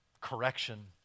correction